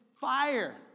fire